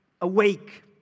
awake